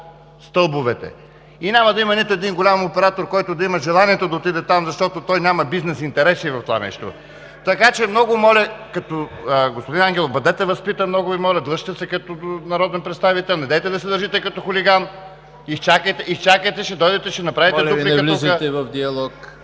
стълбовете. Няма да има нито един голям оператор, който да има желанието да отиде там, защото той няма бизнес интереси в това нещо. (Реплики от народния представител Юлиан Ангелов.) Господин Ангелов, бъдете възпитан, много Ви моля! Дръжте се като народен представител. Недейте да се държите като хулиган! Изчакайте, ще дойдете, ще направите дуплика тук.